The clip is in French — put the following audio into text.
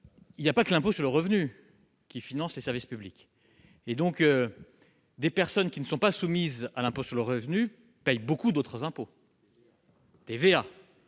il n'y a pas que l'impôt sur le revenu qui finance les services publics. En effet, les personnes qui ne contribuent pas au titre de l'impôt sur le revenu payent beaucoup d'autres impôts :...